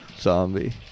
zombie